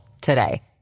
today